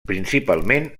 principalment